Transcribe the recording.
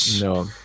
No